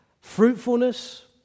fruitfulness